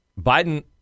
Biden